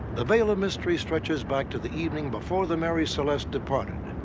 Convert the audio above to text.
the veil of mystery stretches back to the evening before the mary celeste departed,